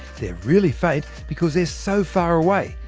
they're really faint because they're so far away,